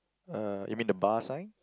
uh you mean the bar sign